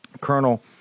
Colonel